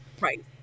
right